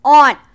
on